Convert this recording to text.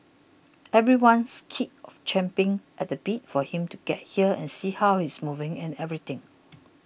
everyone's kid of champing at the bit for him to get here and see how he's moving and everything